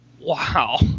Wow